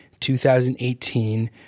2018